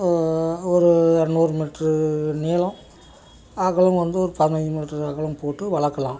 ஒரு இரநூறு மீட்ரு நீளம் அகலம் வந்து பதினஞ்சு மீட்ரு அகலம் போட்டு வளர்க்கலாம்